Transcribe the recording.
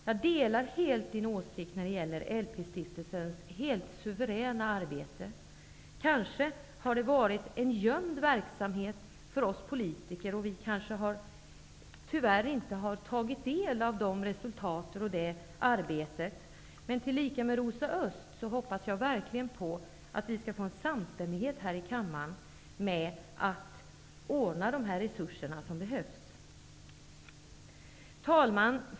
Jag delar helt hennes åsikt om LP-stiftelsens suveräna arbete. Kanske har detta varit en gömd verksamhet för oss politiker. Tyvärr kanske vi inte har tagit del av resultatet av detta arbete. Men i likhet med Rosa Östh hoppas jag verkligen att vi skall få en samstämmighet här i kammaren om att de resurser som behövs skall ordnas fram. Herr talman!